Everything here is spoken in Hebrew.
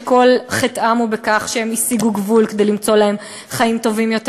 שכל חטאם הוא בכך שהם הסיגו גבול כדי למצוא להם חיים טובים יותר,